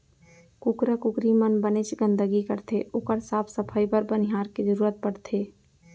कुकरा कुकरी मन बनेच गंदगी करथे ओकर साफ सफई बर बनिहार के जरूरत परथे